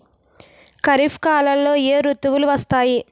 ఖరిఫ్ కాలంలో ఏ ఋతువులు వస్తాయి?